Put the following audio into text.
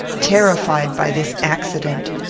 terrified by this accident,